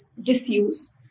disuse